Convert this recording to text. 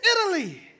Italy